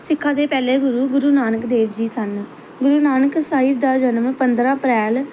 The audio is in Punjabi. ਸਿੱਖਾਂ ਦੇ ਪਹਿਲੇ ਗੁਰੂ ਗੁਰੂ ਨਾਨਕ ਦੇਵ ਜੀ ਸਨ ਗੁਰੂ ਨਾਨਕ ਸਾਹਿਬ ਦਾ ਜਨਮ ਪੰਦਰ੍ਹਾਂ ਅਪ੍ਰੈਲ